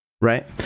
right